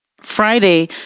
Friday